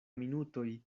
minutoj